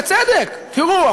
בצדק: תראו,